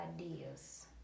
ideas